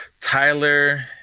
Tyler